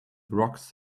rocks